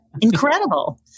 incredible